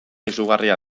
izugarria